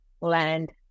land